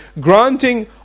granting